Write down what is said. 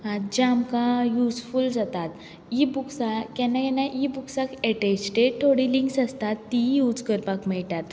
जे आमकां यूजफूल जातात इ बूक्सा केन्ना केन्ना इ बूक्सा एटेसटेड थोडी लींक्स आसतात तीय यूज करपाक मेळटात